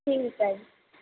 ਠੀਕ ਹੈ